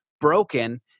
broken